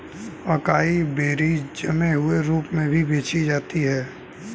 acai berries जमे हुए रूप में भी बेची जाती हैं